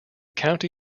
county